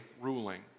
ruling